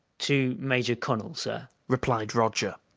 to major connel, sir, replied roger.